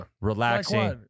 relaxing